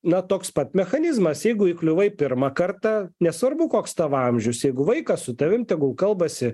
na toks pat mechanizmas jeigu įkliuvai pirmą kartą nesvarbu koks tavo amžius jeigu vaikas su tavim tegul kalbasi